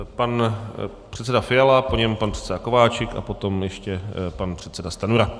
Pan předseda Fiala, po něm pan předseda Kováčik a potom ještě pan předseda Stanjura.